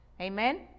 Amen